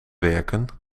werken